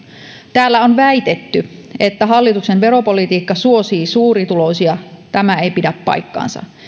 täällä on väitetty että hallituksen veropolitiikka suosii suurituloisia tämä ei pidä paikkaansa